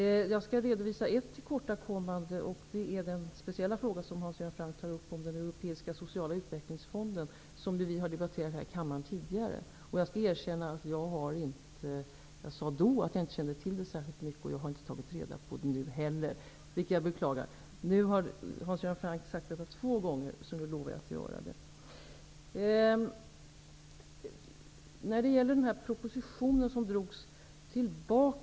Jag skall redovisa ett tillkortakommande som gäller frågan om den europeiska sociala utvecklingsfonden som Hans Göran Franck tar upp. Vi har debatterat den frågan tidigare här i kammaren. Jag sade vid det förra tillfället att jag inte kände till detta särskilt mycket. Jag måste erkänna att jag inte har tagit reda på det nu heller, vilket jag beklagar. Nu har Hans Göran Franck sagt detta två gånger, så nu lovar jag att sätta mig in i det här.